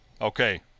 Okay